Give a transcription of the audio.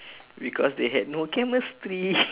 because they had no chemistry